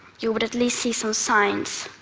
you would at least see some signs.